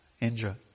Indra